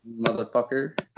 Motherfucker